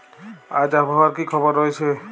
আজ আবহাওয়ার কি খবর রয়েছে?